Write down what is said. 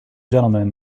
gentlemen